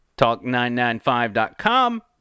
talk995.com